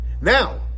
now